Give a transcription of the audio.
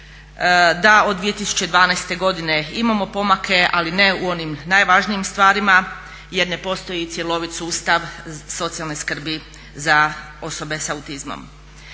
da od 2012. godine imamo pomake ali ne u onim najvažnijim stvarima jer ne postoji cjelovit sustav socijalne skrbi za osobe sa autizmom.